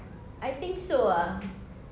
I think so ah